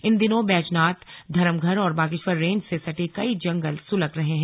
इन दिनों बैजनाथ धरमघर और बागेश्वर रेंज से सटे कई जंगल सुलग रहे हैं